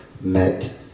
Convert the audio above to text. met